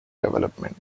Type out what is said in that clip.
development